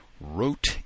wrote